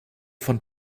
von